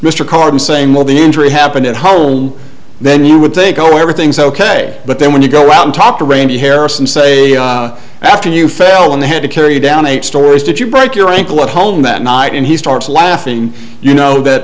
mr card saying well the injury happened at home then you would think oh everything's ok but then when you go out and talk to rainy harris and say after you fail in the head to carry down eight stories did you break your ankle at home that night and he starts laughing you know that